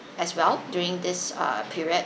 as well during this uh period